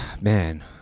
Man